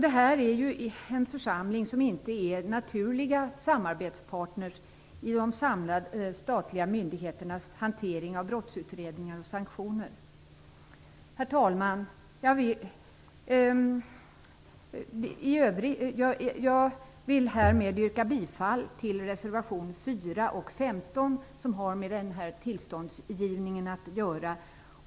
Det här är församlingar som inte är naturliga samarbetspartner i de samlade statliga myndigheternas hantering av brottsutredningar och sanktioner. Herr talman! Jag vill härmed yrka bifall till reservationerna 4 och 15, som har med tillståndsgivningen att göra.